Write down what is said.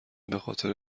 بخاطر